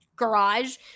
garage